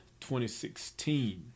2016